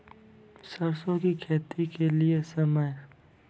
सरसों की खेती के लिए समय?